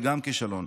גם זה כישלון.